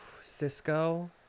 cisco